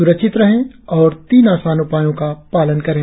स्रक्षित रहें और तीन आसान उपायों का पालन करें